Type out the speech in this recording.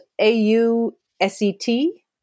A-U-S-E-T